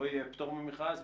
לא יהיה פטור ממכרז,